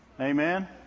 Amen